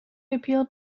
appealed